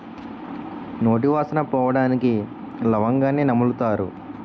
నోటి వాసన పోవడానికి లవంగాన్ని నములుతారు